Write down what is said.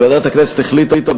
ועדת הכנסת החליטה,